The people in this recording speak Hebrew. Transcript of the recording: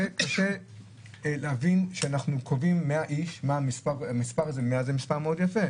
קשה להבין שאנחנו קובעים 100 איש המספר 100 זה מספר מאוד יפה,